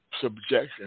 subjection